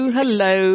hello